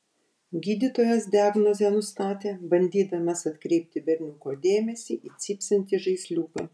gydytojas diagnozę nustatė bandydamas atkreipti berniuko dėmesį į cypsintį žaisliuką